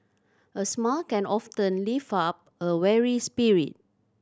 a smile can often lift up a weary spirit